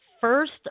first